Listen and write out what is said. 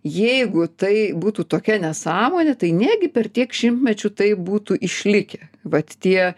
jeigu tai būtų tokia nesąmonė tai negi per tiek šimtmečių tai būtų išlikę vat tie